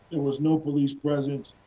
there was no police presence,